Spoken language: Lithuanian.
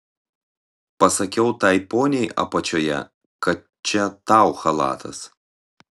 pasakiau tai poniai apačioje kad čia tau chalatas